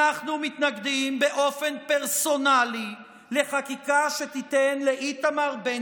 אנחנו מתנגדים באופן פרסונלי לחקיקה שתיתן לאיתמר בן